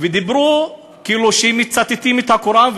ודיברו כאילו שהם מצטטים את הקוראן,